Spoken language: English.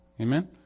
Amen